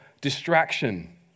distraction